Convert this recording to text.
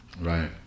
Right